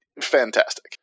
fantastic